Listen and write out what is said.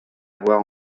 avoir